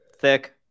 thick